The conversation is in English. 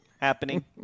happening